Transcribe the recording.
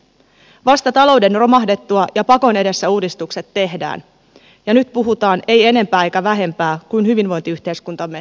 vasta talouden romahdettua ja pakon edessä uudistukset tehdään ja nyt puhutaan ei enempää eikä vähempää kuin hyvinvointiyhteiskuntamme tulevaisuudesta